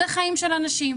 זה חיים של אנשים,